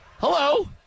Hello